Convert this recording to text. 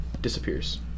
disappears